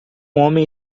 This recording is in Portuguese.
homem